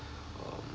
um